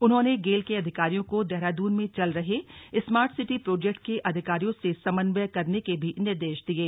उन्होंने गेल के अधिकारियों को देहरादून में चल रहे स्मार्ट सिटी प्रोजेक्ट के अधिकारियों से समन्वय करने के भी निर्देश दिये